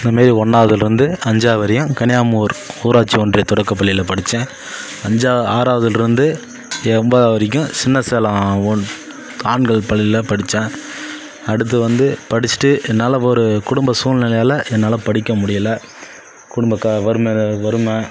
இதை மாரி ஒன்றாவதுலிருந்து அஞ்சாவது வரையும் கனியாமூர் ஊராட்சி ஒன்றிய தொடக்கப்பள்ளியில் படித்தேன் அஞ்சா ஆறாவதுலிருந்து ஒன்பதாவது வரைக்கும் சின்ன சேலம் ஒ ஆண்கள் பள்ளியில் படித்தேன் அடுத்து வந்து படித்திட்டு என்னால் ஒரு குடும்ப சூழ்நிலையால என்னால் படிக்க முடியலை குடும்ப க வறுமை வறுமை